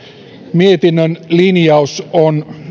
mietinnön linjaus on